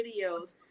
videos